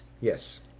Yes